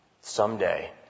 Someday